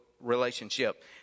relationship